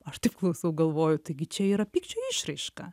aš taip klausau galvoju taigi čia yra pykčio išraiška